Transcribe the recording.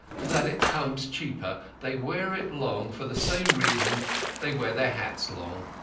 that it comes cheaper they wear it long for the same reason they wear their hats long.